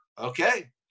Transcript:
okay